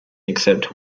except